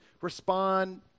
respond